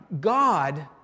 God